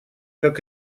как